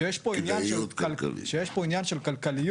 שיש פה עניין של כלכליות.